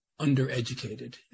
undereducated